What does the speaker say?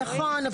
נכון.